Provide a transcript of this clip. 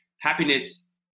Happiness